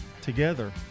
Together